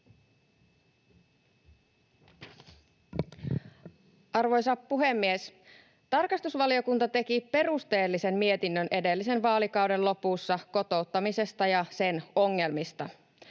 Arvoisa puhemies! Tarkastusvaliokunta teki perusteellisen mietinnön edellisen vaalikauden lopussa kotouttamisesta ja sen ongelmista.